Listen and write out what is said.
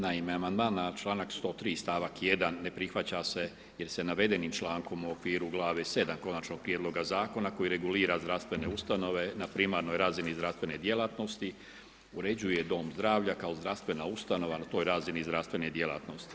Naime, amandman na članak 103. stavak 1. ne prihvaća se jer se navedenim člankom u okviru glave 7. konačnog prijedloga zakona koji regulira zdravstvene ustanove, na primarnoj razini zdravstvene djelatnosti, uređuje dom zdravlja kao zdravstvena ustanova na toj razini zdravstvene djelatnosti.